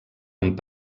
amb